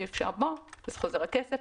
אם אי אפשר אז חוזר הכסף,